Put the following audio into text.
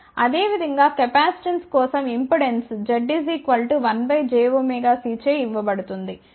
అదేవిధంగా కెపాసిటెన్స్ కోసం impedance Z 1 jωc చే ఇవ్వబడుతుంది